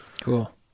cool